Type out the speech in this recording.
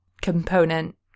component